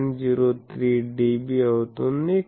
03 dB అవుతుంది